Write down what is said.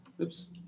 Oops